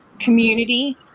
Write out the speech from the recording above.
community